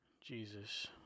Jesus